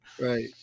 Right